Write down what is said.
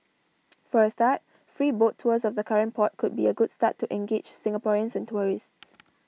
for a start free boat tours of the current port could be a good start to engage Singaporeans and tourists